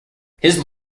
his